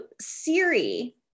Siri